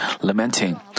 lamenting